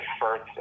first